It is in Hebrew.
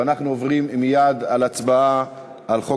ואנחנו עוברים מייד להצבעה על חוק